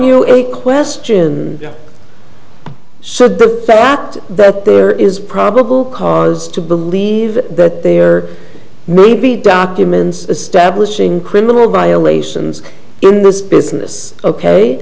you any question so the fact that there is probable cause to believe that there may be documents establishing criminal violations in this business ok